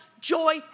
joy